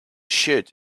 should